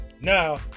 now